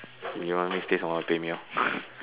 if you want me stay some more must pay me